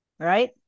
Right